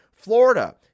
Florida